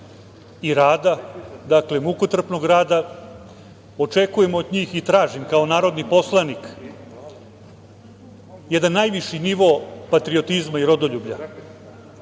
i rada, mukotrpnog rada, očekujemo od njih i tražim kao narodni poslanik jedan najviši nivo patriotizma i rodoljublja,